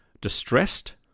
distressed